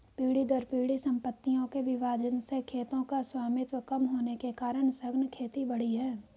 पीढ़ी दर पीढ़ी सम्पत्तियों के विभाजन से खेतों का स्वामित्व कम होने के कारण सघन खेती बढ़ी है